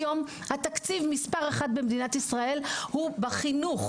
היום התקציב מספר 1 במדינת ישראל הוא בחינוך,